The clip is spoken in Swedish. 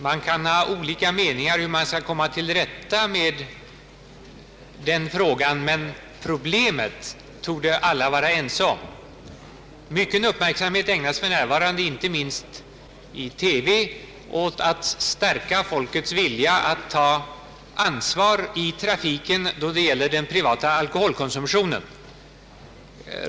Man kan ha olika meningar om hur man skall komma till rätta med frågan, men att det är ett problem torde alla vara ense om. Mycken uppmärksamhet ägnas för närvarande, inte minst i TV, åt att stärka folkets vilja att ta ansvar i trafiken då det gäller den privata alkoholkonsumtionen.